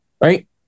Right